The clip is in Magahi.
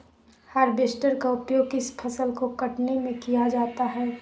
हार्बेस्टर का उपयोग किस फसल को कटने में किया जाता है?